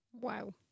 Wow